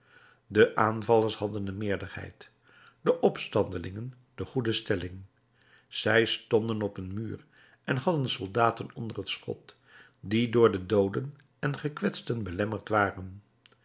de aanvallers hadden de meerderheid de opstandelingen de goede stelling zij stonden op een muur en hadden de soldaten onder t schot die door de dooden en gekwetsten belemmerd waren